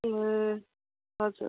ए हजुर